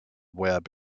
web